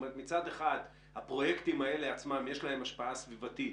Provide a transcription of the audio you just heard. מצד אחד לפרויקטים האלה יש השפעה סביבתית,